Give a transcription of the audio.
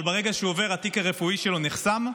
אבל ברגע שהוא עובר התיק הרפואי שלו נחסם,